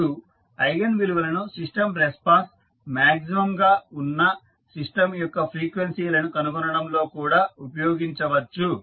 ఇప్పుడు ఐగన్ విలువలను system response maximum గా ఉన్న సిస్టం యొక్క ఫ్రీక్వెన్సీ లను కనుగొనడంలో కూడా ఉపయోగించొచ్చు